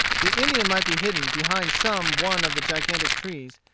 the indian might be hidden behind some one of the gigantic trees,